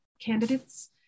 candidates